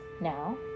Now